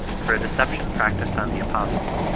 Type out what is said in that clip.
for deception practised on the apostles,